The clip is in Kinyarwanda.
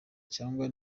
cyangwa